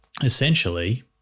essentially